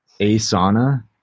Asana